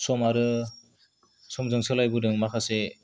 सम आरो समजों सोलाय बोदों माखासे